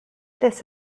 this